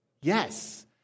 Yes